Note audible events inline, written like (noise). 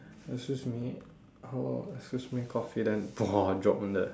excuse me how long excuse me coffee then (noise) drop in the